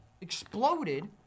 exploded